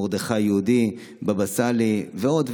את מרדכי היהודי, את בבא סאלי ועוד ועוד.